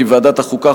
כי ועדת החוקה,